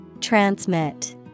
Transmit